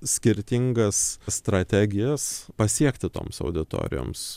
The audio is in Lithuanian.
skirtingas strategijas pasiekti toms auditorijoms